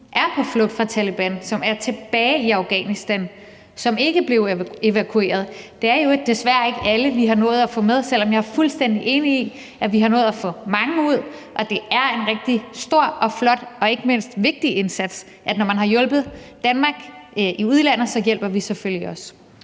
er på flugt fra Taleban, som er tilbage i Afghanistan, som ikke blev evakueret? Det er jo desværre ikke alle, vi har nået at få med, selv om jeg er fuldstændig enig i, at vi har nået at få mange ud, og det er en rigtig stor og flot og ikke mindst vigtig indsats, og når man har hjulpet Danmark i udlandet, hjælper vi selvfølgelig også.